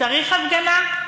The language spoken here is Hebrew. צריך הפגנה?